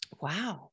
wow